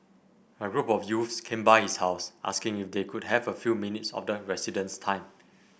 a group of youths came by his house asking if they could have a few minutes of the resident's time